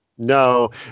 No